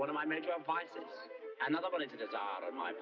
one of my m